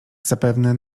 zapewne